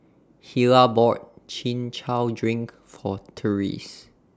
Hilah bought Chin Chow Drink For Tyrese